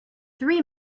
three